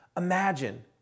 Imagine